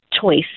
choice